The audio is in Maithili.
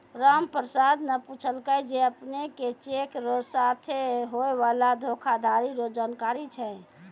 रामप्रसाद न पूछलकै जे अपने के चेक र साथे होय वाला धोखाधरी रो जानकारी छै?